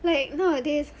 like nowadays